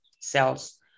cells